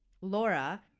laura